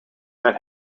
that